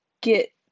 get